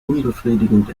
unbefriedigend